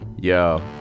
Yo